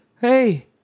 Hey